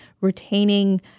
retaining